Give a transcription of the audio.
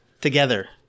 together